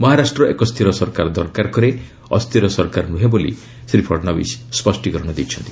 ମହାରାଷ୍ଟ୍ର ଏକ ସ୍ଥିର ସରକାର ଦରକାର କରେ ଅସ୍ଥିର ସରକାର ନୁହେଁ ବୋଲି ଶ୍ରୀ ଫଡନବିସ କହିଛନ୍ତି